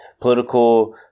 political